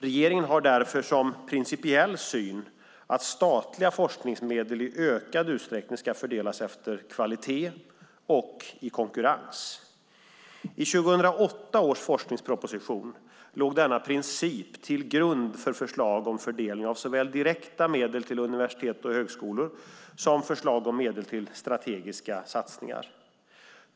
Regeringen har därför som principiell syn att statliga forskningsmedel i ökad utsträckning ska fördelas efter kvalitet och i konkurrens. I 2008 års forskningsproposition låg denna princip till grund för förslag om fördelning av såväl direkta medel till universitet och högskolor som förslag om medel till strategiska satsningar.